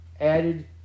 Added